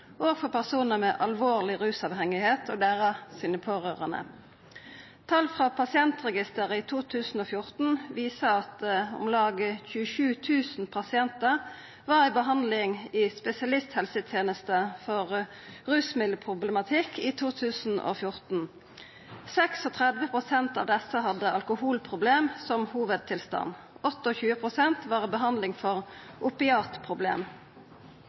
alvorleg rusavhengige personar og deira pårørande. Tal frå Norsk pasientregister viser at om lag 27 000 pasientar var i behandling i spesialisthelsetenester for rusmiddelproblematikk i 2014. 36 pst. av desse hadde alkoholproblem som hovudtilstand. 28 pst. var i behandling for